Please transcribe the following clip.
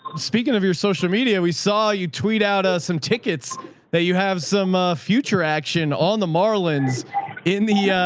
speaking of your social media, we saw you tweet out us some tickets that you have some ah future action on the marlins in the, yeah